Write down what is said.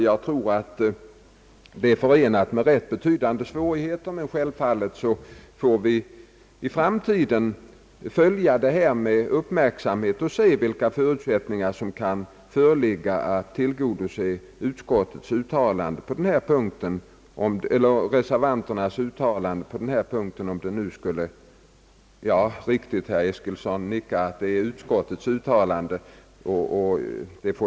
Jag tror att detta är förenat med ganska betydande svårigheter, men vi får självfallet i framtiden följa denna fråga med uppmärksamhet och se vilka förutsättningar det är som kan föreligga att tillgodose utskottets uttalande på denna punkt.